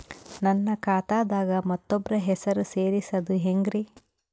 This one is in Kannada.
ನನ್ನ ಖಾತಾ ದಾಗ ಮತ್ತೋಬ್ರ ಹೆಸರು ಸೆರಸದು ಹೆಂಗ್ರಿ?